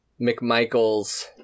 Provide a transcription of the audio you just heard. McMichaels